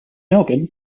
elgin